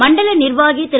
மண்டல நிர்வாகி திரு